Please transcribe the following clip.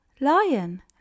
Lion